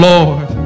Lord